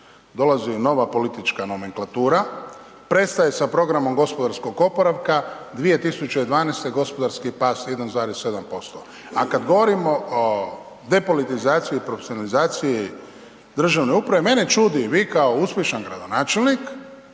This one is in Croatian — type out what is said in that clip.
Dolazi politička nomenklatura, prestaje sa programom gospodarskog oporavka, 2012. gospodarski pad 1,7% a kad govorimo o depolitizaciji i profesionalizaciji državne uprave, mene čudi, vi kao uspješan gradonačelnik,